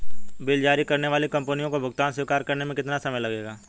Bill जारी करने वाली कंपनी को भुगतान स्वीकार करने में कितना समय लगेगा?